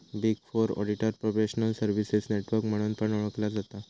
big four auditor professional services network म्हणून पण ओळखला जाता